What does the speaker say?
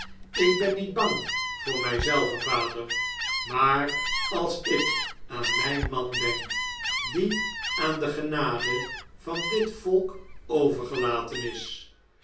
ik ben niet bang voor mjj zelve vader maar als ik aan imjn man denk die aan de genade van dit volk overgelaten is